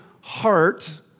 heart